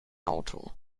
auto